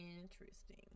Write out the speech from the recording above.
interesting